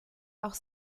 auch